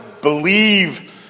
believe